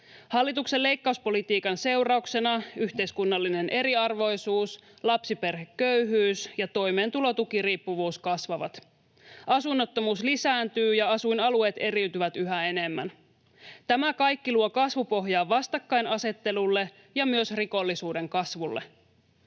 Hallituksen leikkauspolitiikan seurauksena yhteiskunnallinen eriarvoisuus, lapsiperheköyhyys ja toimeentulotukiriippuvuus kasvavat. Asunnottomuus lisääntyy, ja asuinalueet eriytyvät yhä enemmän. Tämä kaikki luo kasvupohjaa vastakkainasettelulle ja myös rikollisuuden kasvulle.